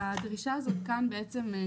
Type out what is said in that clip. אז הדרישה הזאת כאן נמחקת,